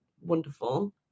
wonderful